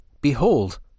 behold